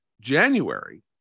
January